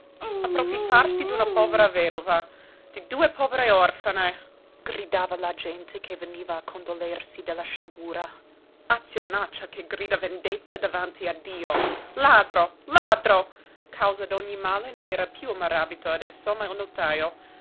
approfittarsi d'una povera vedova di due povere orfane gridava alla gente che veniva a condolersi della sciagura azionaccia che grida vendetta davanti a dio ladro ladro causa d'ogni male non era piú il maràbito adesso ma il notajo